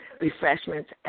refreshments